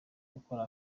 gukora